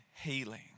healing